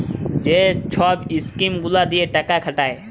যে ছব ইস্কিম গুলা দিঁয়ে টাকা খাটায়